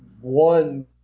one